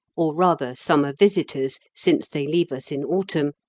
or rather summer visitors, since they leave us in autumn,